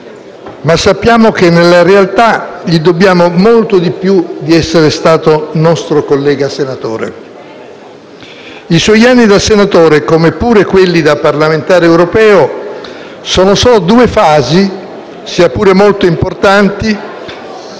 ma sappiamo che nella realtà gli dobbiamo molto di più del fatto di essere stato nostro collega senatore. I suoi anni da senatore, come pure quelli da parlamentare europeo, sono solo due fasi, sia pure molto importanti,